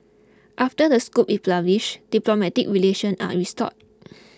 after the scoop is wish diplomatic relations are restored